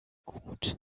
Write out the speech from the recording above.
gut